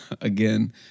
Again